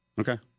Okay